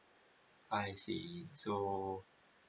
I see so